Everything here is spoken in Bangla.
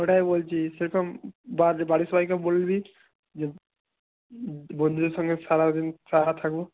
ওটাই বলছি সেরকম বাড়ির সবাইকে বলবি যে বন্ধুদের সঙ্গে সারা দিন সারা রাত থাকব